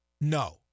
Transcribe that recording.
no